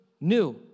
new